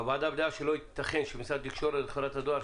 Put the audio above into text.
הוועדה בדעה שלא ייתכן שמשרד התקשורת וחברת הדואר,